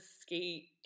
skate